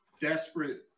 desperate